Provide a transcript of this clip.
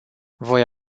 voi